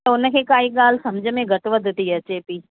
त हुन खे काई ॻाल्हि सम्झि में घटि वधि थी अचे थी